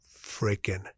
freaking